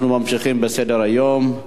אנחנו ממשיכים בסדר-היום.